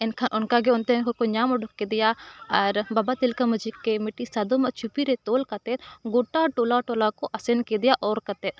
ᱮᱱᱠᱷᱟᱱ ᱚᱱᱠᱟ ᱜᱮ ᱚᱱᱛᱮ ᱠᱷᱚᱱ ᱠᱚ ᱧᱟᱢ ᱩᱰᱩᱠ ᱠᱮᱫᱮᱭᱟ ᱟᱨ ᱵᱟᱵᱟ ᱛᱤᱞᱠᱟᱹ ᱢᱟᱹᱡᱷᱤ ᱠᱮ ᱢᱤᱫᱴᱤᱡ ᱥᱟᱫᱚᱢᱟᱜ ᱪᱩᱯᱤᱨᱮ ᱛᱚᱞ ᱠᱟᱛᱮᱫ ᱜᱚᱴᱟ ᱴᱚᱞᱟ ᱴᱚᱞᱟ ᱠᱚ ᱟᱥᱮᱱ ᱠᱮᱫᱮᱭᱟ ᱚᱨ ᱠᱟᱛᱮᱫ